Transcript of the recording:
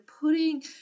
putting